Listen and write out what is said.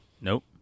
Nope